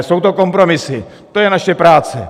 Jsou to kompromisy, to je naše práce.